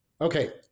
Okay